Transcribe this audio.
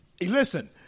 Listen